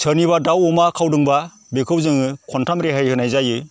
सोरनिबा दाउ अमा खावदोंब्ला बेखौ जोङो खनथाम रेहाय होनाय जायो